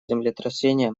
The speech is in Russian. землетрясения